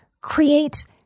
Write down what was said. creates